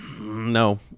no